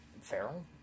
feral